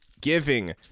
giving